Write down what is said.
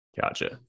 Gotcha